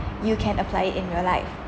you can apply it in your life